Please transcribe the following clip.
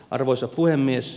arvoisa puhemies